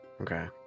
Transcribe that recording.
Okay